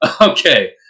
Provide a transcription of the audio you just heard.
okay